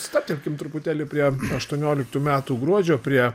stabtelkim truputėlį prie aštuonioliktų metų gruodžio prie